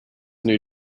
new